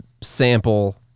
sample